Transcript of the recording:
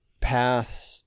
paths